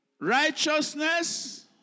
righteousness